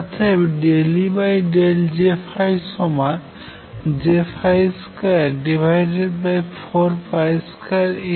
অতএব ∂EJসমান J242mR2 ছাড়া কিছুই না